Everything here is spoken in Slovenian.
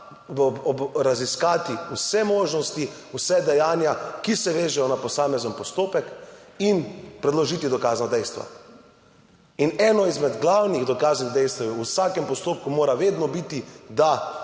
Raziskati vse možnosti, vsa dejanja, ki se vežejo na posamezen postopek in predložiti dokazna dejstva. In eno izmed glavnih dokaznih dejstev je, v vsakem postopku mora vedno biti, da